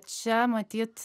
čia matyt